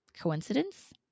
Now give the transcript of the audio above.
Coincidence